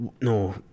no